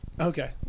Okay